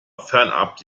fernab